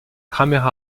grammaire